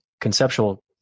conceptual